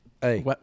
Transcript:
Hey